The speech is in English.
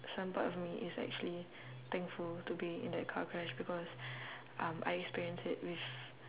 some part of me is actually thankful to be in that car crash because um I experienced it with